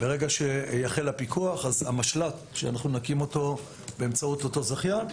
ברגע שיחל הפיקוח המשל"ט שנקים באמצעות אותו זכיין יופעל.